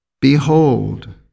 Behold